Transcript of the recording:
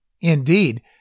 indeed